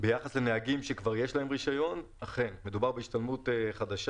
140,000 נהגים עוברים בשנה השתלמות?